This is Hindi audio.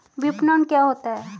विपणन क्या होता है?